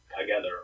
Together